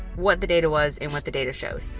what the data was, and what the data showed.